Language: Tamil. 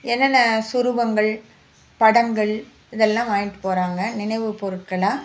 என்னென்ன சுரூபங்கள் படங்கள் இதெல்லாம் வாங்கிட்டு போகிறாங்க நினைவு பொருட்களெலாம்